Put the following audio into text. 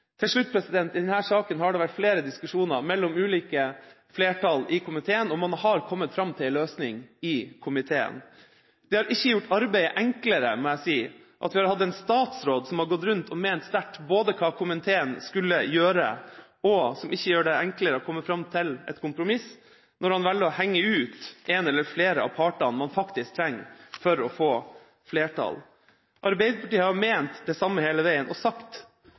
Til slutt: I denne saken har det vært flere diskusjoner mellom ulike flertall i komiteen, og man har kommet fram til en løsning i komiteen. Det har ikke gjort arbeidet enklere at vi har hatt en statsråd som har gått rundt og ment sterkt hva komiteen skulle gjøre. Det gjør det ikke enklere å komme fram til et kompromiss når han velger å henge ut en eller flere av partene man faktisk trenger for å få flertall. Arbeiderpartiet har ment og sagt det samme hele veien,